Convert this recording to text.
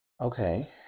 okay